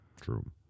True